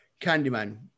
Candyman